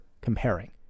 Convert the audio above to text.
comparing